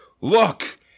look